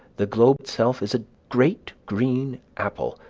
the globe itself is a great green apple,